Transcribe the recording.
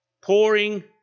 pouring